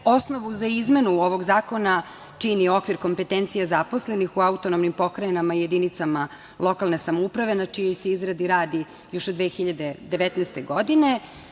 Osnovu za izmenu ovog zakona čini okvir kompetencije zaposlenih u autonomnim pokrajinama i jedinicama lokalne samouprave, na čijoj se izradi radi još od 2019. godine.